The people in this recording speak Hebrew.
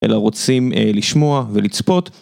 אלא רוצים לשמוע ולצפות.